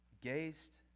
gazed